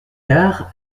dard